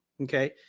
okay